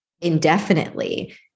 indefinitely